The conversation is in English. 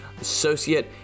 associate